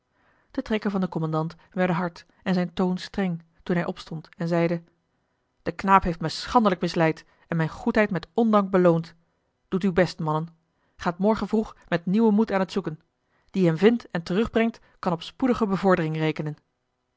de trekken van den kommandant werden hard en zijn toon streng toen hij opstond en zeide de knaap heeft me schandelijk misleid en mijne goedheid met ondank beloond doet uw best mannen gaat morgen vroeg met nieuwen moed aan het zoeken die hem vindt en terugbrengt kan op spoedige bevordering rekenen